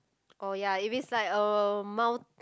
oh ya if it's like a mou~